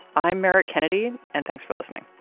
i'm merrit kennedy, and thanks for listening